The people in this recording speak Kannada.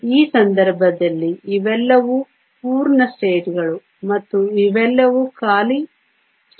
ಆದ್ದರಿಂದ ಈ ಸಂದರ್ಭದಲ್ಲಿ ಇವೆಲ್ಲವೂ ಪೂರ್ಣ ಸ್ಥಿತಿಗಳು ಮತ್ತು ಇವೆಲ್ಲವೂ ಖಾಲಿ ಸ್ಥಿತಿಗಳಾಗಿವೆ